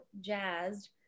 jazzed